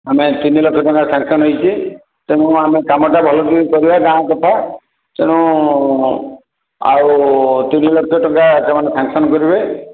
ଆମେ ତିନି ଲକ୍ଷ ଟଙ୍କା ସାଂକ୍ସନ୍ ହୋଇଛି ତେଣୁ ଆମେ କାମଟା ଭଲକି କରିବା ଗାଁ କଥା ତେଣୁ ଆଉ ତିନି ଲକ୍ଷ ଟଙ୍କା ସେମାନେ ସାଂକ୍ସନ୍ କରିବେ